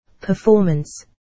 Performance